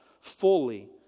fully